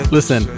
Listen